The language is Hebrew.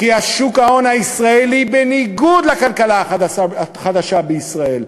כי שוק ההון הישראלי, בניגוד לכלכלה החדשה בישראל,